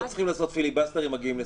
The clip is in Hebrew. ולא צריכים לעשות פיליבסטר אם מגיעים לסיכום.